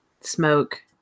smoke